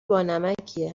بانمکیه